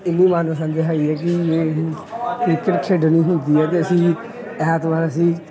ਇਹ ਵੀ ਮਨਪਸੰਦ ਹੈਗੀ ਹੈ ਕਿ ਇਹ ਕ੍ਰਿਕਟ ਖੇਡਣੀ ਹੁੰਦੀ ਹੈ ਅਤੇ ਅਸੀਂ ਐਤਵਾਰ ਅਸੀਂ